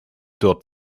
dort